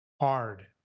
hard